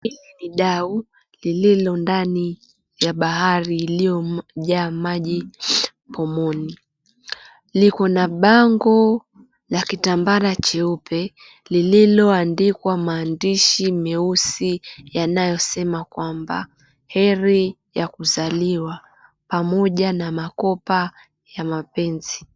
Hili ni dau lililo ndani ya bahari iliyo jaa maji pomoni. Likona bango la kitambara cheupe lililoandikwa maandishi meusi yanayosema kwamba "Heri ya kuzaliwa" pamoja na makopa ya mapenzi.